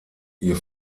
ihr